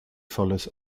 follows